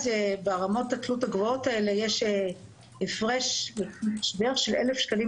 ברמות התלות הגבוהות האלה יש הפרש של 1,000 שקלים